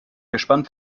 gespannt